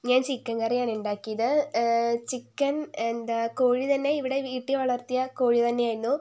ഞാൻ ചിക്കൻ കറിയാണ് ഉണ്ടാക്കിയത് ചിക്കൻ എന്താ കോഴി തന്നെ ഇവിടെ വീട്ടിൽ വളർത്തിയ കോഴി തന്നെയായിരുന്നു